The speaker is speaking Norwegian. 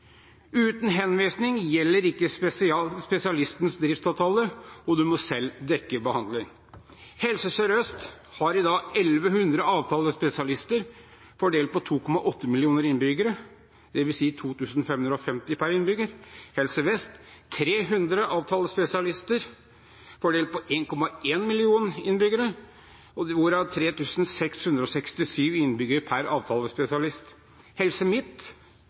Uten henvisning gjelder ikke spesialistens driftsavtale, og man må selv dekke behandling. Helse Sør-Øst har i dag 1 100 avtalespesialister fordelt på 2,8 millioner innbyggere, dvs. 2 550 innbyggere per avtalespesialist. Helse Vest har 300 avtalespesialister fordelt på 1,1 million innbyggere, dvs. 3 667 innbyggere per avtalespesialist. Helse